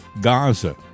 Gaza